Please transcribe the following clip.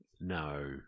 No